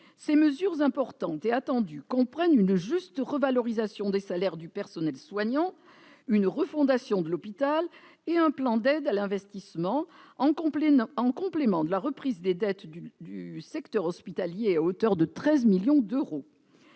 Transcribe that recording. Ces mesures importantes et attendues comprennent une juste revalorisation des salaires du personnel soignant, une refondation de l'hôpital et un plan d'aide à l'investissement, en complément de la reprise des dettes du secteur hospitalier à hauteur de 13 millions d'euros.